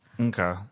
Okay